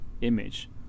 image